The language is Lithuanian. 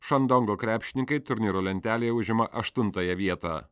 šandongo krepšininkai turnyro lentelėje užima aštuntąją vietą